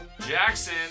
Jackson